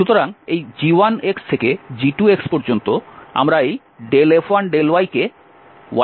সুতরাং এই g1 থেকে g2 পর্যন্ত আমরা এই F1∂y কে y এর সাপেক্ষে সমাকলন করছি